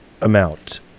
amount